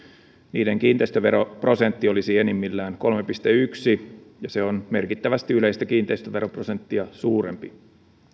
niiden kiinteistöveroprosentti olisi enimmillään kolme pilkku yksi ja se on merkittävästi yleistä kiinteistöveroprosenttia suurempi